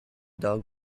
dog